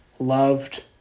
loved